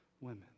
women